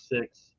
six